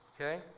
Okay